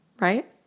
right